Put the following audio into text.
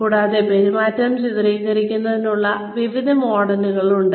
കൂടാതെ പെരുമാറ്റം ചിത്രീകരിക്കുന്നതിനുള്ള നിരവധി മോഡലുകൾ ഉണ്ട്